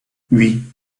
oui